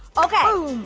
okay.